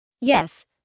Yes